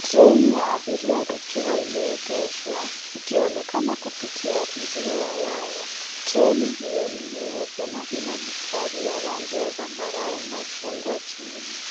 Treli ya abiria ikiwa imeegeshwa ikionekana kupitia uzio wa waya. Treli hio ni nyeupe na ina mistari ya rangi ya zambarau na chungwa chini.